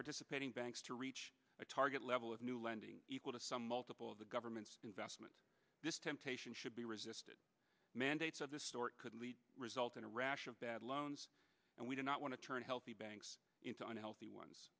participating banks to reach a target level of new lending equal to some multiple of the government's investment this temptation should be resisted mandates of this sort could lead result in a rash of bad loans and we do not want to turn healthy banks into unhealthy ones